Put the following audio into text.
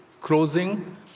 closing